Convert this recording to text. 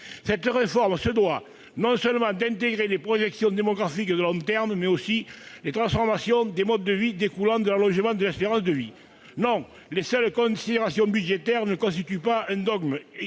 Cette réforme doit intégrer non seulement les projections démographiques de long terme, mais aussi les transformations des modes de vie qui découlent de l'allongement de l'espérance de vie. Non, les seules considérations budgétaires ne constituent pas un dogme